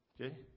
Okay